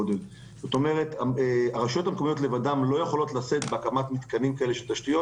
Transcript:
הרשויות המקומיות לא יכולות לשאת לבדן בהקמת מתקנים של תשתיות,